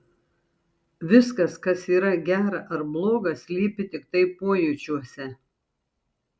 viskas kas yra gera ar bloga slypi tiktai pojūčiuose